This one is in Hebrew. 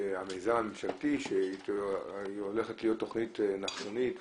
המיזם הממשלתי שהולך להיות תוכנית נחשונית במחקר,